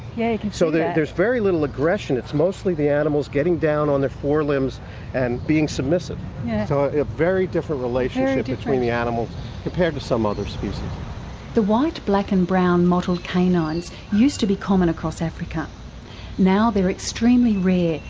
yeah like and so, there's there's very little aggression, it's mostly the animals getting down on their forelimbs and being submissive. so, a very different relationship between the animals compared to some other the white black and brown mottled canines used to be common across africa now they are extremely rare,